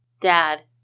dad